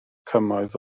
cymoedd